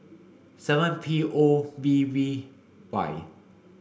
seven P O B V Y